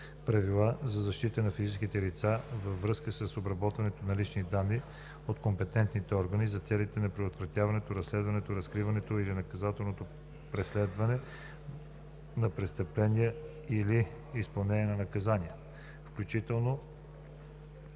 за защита на физическите лица във връзка с обработването на лични данни от компетентните органи за целите на предотвратяването, разследването, разкриването или наказателното преследване на престъпления или изпълнението на наказания, включително